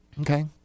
Okay